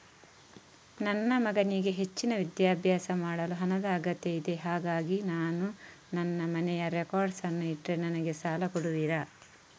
ನನ್ನ ಮಗನಿಗೆ ಹೆಚ್ಚಿನ ವಿದ್ಯಾಭ್ಯಾಸ ಮಾಡಲು ಹಣದ ಅಗತ್ಯ ಇದೆ ಹಾಗಾಗಿ ನಾನು ನನ್ನ ಮನೆಯ ರೆಕಾರ್ಡ್ಸ್ ಅನ್ನು ಇಟ್ರೆ ನನಗೆ ಸಾಲ ಕೊಡುವಿರಾ?